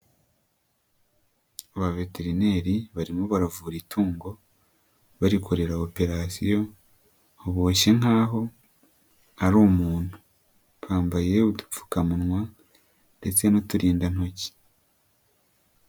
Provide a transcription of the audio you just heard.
Ba veterineri barimo baravura itungo barikorera operasiyo hboshye nk'aho ari umuntu, bambaye udupfukamunwa ndetse n'uturindantoki.